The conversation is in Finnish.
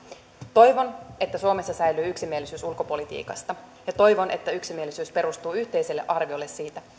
toivon että suomessa säilyy yksimielisyys ulkopolitiikasta ja toivon että yksimielisyys perustuu yhteiseen arvioon siitä